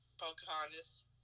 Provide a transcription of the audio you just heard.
Pocahontas